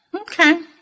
Okay